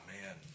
man